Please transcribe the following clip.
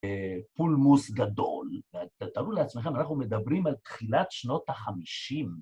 פולמוס גדול, תראו לעצמכם אנחנו מדברים על תחילת שנות החמישים